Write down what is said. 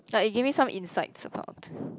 like you gave me some insights about